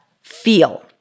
feel